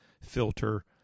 filter